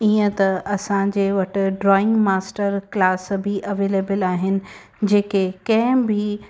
ईअं त असांजे वटि ड्रॉइंग मास्टर क्लास बि अवैलेबल आहिनि जेके कंहिं बि